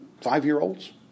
five-year-olds